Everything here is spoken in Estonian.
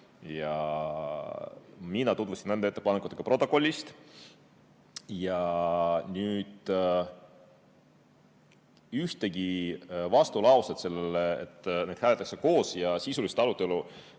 Mina tutvusin nende ettepanekutega protokollist. Ühtegi vastulauset sellele, et neid hääletatakse koos ja sisulist arutelu